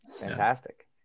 Fantastic